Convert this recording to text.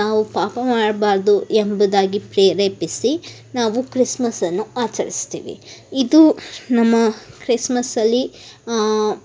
ನಾವು ಪಾಪ ಮಾಡಬಾರ್ದು ಎಂಬುದಾಗಿ ಪ್ರೇರೇಪಿಸಿ ನಾವು ಕ್ರಿಸ್ಮಸನ್ನು ಆಚರಿಸ್ತೀವಿ ಇದು ನಮ್ಮ ಕ್ರಿಸ್ಮಸಲ್ಲಿ